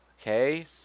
Okay